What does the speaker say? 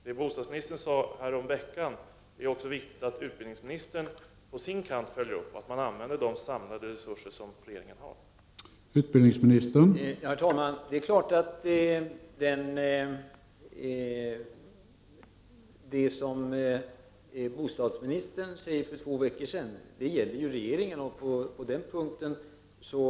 Det är också viktigt att utbildningsministern på sin kant följer upp det som bostadsministern sade häromveckan och att de samlade resurser som regeringen har utnyttjas.